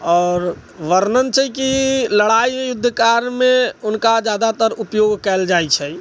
आओर वर्णन छै कि लड़ाइ युद्ध काल मे उनका जादातर उपयोग कयल जाइ छै